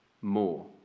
More